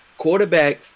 quarterbacks